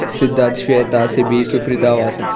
Siddharth Shweta Sibi Supritha Vasan